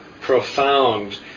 profound